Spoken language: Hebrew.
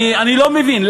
אני לא מבין,